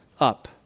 up